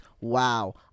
wow